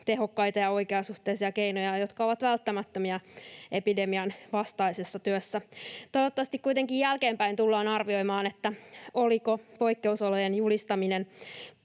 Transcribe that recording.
tehokkaita ja oikeasuhtaisia keinoja, jotka ovat välttämättömiä epidemian vastaisessa työssä. Toivottavasti kuitenkin jälkeenpäin tullaan arvioimaan, oliko poikkeusolojen julistaminen